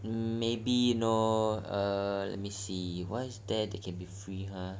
mm maybe you know I see